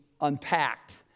unpacked